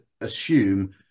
assume